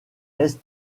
est